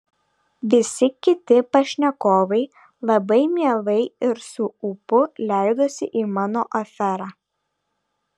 visi kiti pašnekovai labai mielai ir su ūpu leidosi į mano aferą